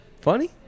Funny